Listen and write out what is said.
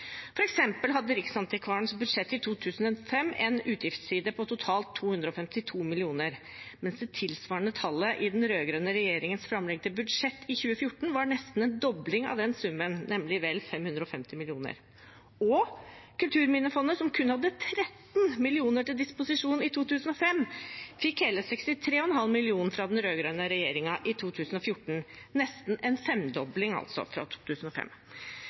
hadde Riksantikvarens budsjett i 2005 en utgiftsside på totalt 252 mill. kr, mens det tilsvarende tallet i den rød-grønne regjeringens framlegg til budsjett for 2014 var nesten en dobling av den summen, nemlig vel 550 mill. kr. Kulturminnefondet, som kun hadde 13 mill. kr til disposisjon i 2005, fikk hele 63,5 mill. kr fra den rød-grønne regjeringen i 2014, altså nesten en femdobling fra 2005.